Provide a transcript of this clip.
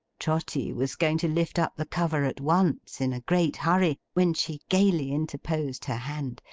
trotty was going to lift up the cover at once, in a great hurry, when she gaily interposed her hand.